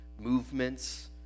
movements